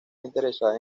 interesada